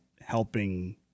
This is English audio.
helping